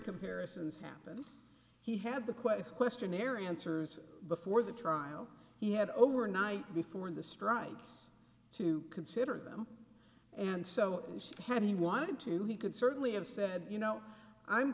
comparisons happen he had the question questionnaire answers before the trial he had overnight before the strikes to consider them and so she had he wanted to he could certainly have said you know i'm